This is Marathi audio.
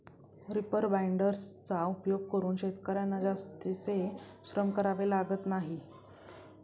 रिपर बाइंडर्सचा उपयोग करून शेतकर्यांना जास्तीचे श्रम करावे लागत नाही